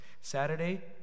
Saturday